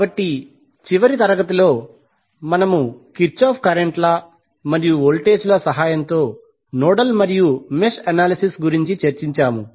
కాబట్టి చివరి తరగతిలో మనము కిర్చాఫ్ కరెంట్ లా మరియు వోల్టేజ్ లా సహాయంతో నోడల్ మరియు మెష్ అనాలిసిస్ గురించి చర్చించాము